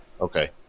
Okay